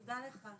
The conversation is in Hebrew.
תודה לך.